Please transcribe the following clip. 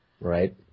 right